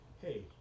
hey